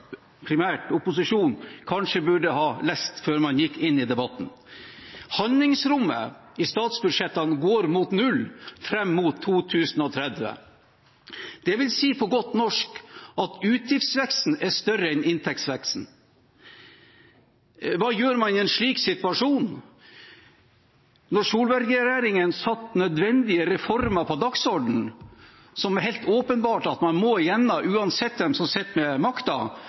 primært posisjonen, kanskje burde ha lest før man gikk inn i debatten. Handlingsrommet i statsbudsjettene går mot null fram mot 2030. Det vil si – på godt norsk – at utgiftsveksten er større enn inntektsveksten. Hva gjør man i en slik situasjon? Da Solberg-regjeringen satte nødvendige reformer på dagsordenen, som det er helt åpenbart at man må gjennom uansett hvem som sitter med